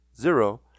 zero